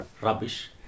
rubbish